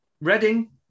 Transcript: Reading